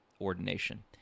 ordination